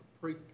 pre